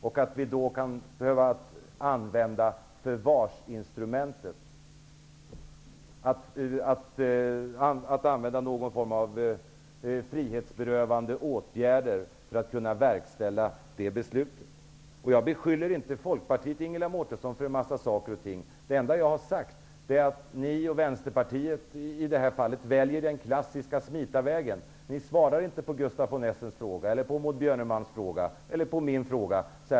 Vi kan då behöva använda förvarsinstrumentet eller någon form av frihetsberövande åtgärder för att kunna verkställa beslutet. Jag beskyller inte Folkpartiet för en mängd saker, Ingela Mårtensson. Det enda jag har sagt är att Folkpartiet och Vänsterpartiet i detta fall väljer den klassiska smitarvägen. Ni svarar inte på frågorna från Gustaf von Essen och Maud Björnemalm eller på min fråga.